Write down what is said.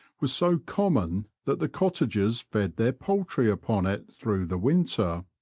was so common that the cottagers fed their poultry upon it through the winter.